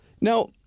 Now